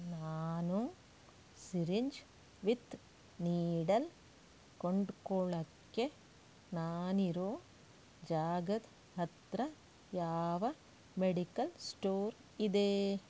ನಾನು syringe with needle ಕೊಂಡ್ಕೊಳೋಕ್ಕೆ ನಾನಿರೋ ಜಾಗದ ಹತ್ತಿರ ಯಾವ ಮೆಡಿಕಲ್ ಸ್ಟೋರ್ ಇದೆ